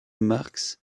marx